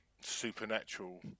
supernatural